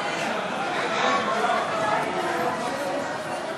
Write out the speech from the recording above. להסיר מסדר-היום את הצעת חוק